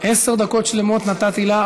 עשר דקות שלמות נתתי לה,